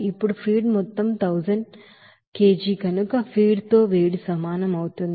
ఇప్పుడు ఫీడ్ మొత్తం 100 కిలోలు కనుక ఫీడ్ తో వేడి సమానం అవుతుంది